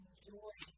Enjoy